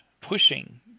pushing